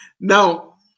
Now